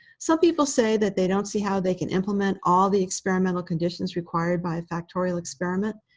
some people say that they don't see how they can implement all the experimental conditions required by factorial experiment.